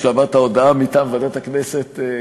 כשאמרת "הודעה מטעם ועדת הכנסת"